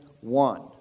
one